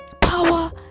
Power